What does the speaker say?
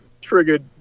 triggered